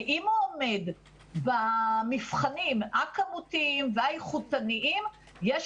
ואם הוא עומד במבחנים הכמותיים והאיכותניים יש